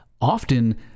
often